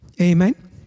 Amen